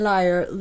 Liar